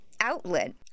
outlet